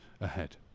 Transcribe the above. ahead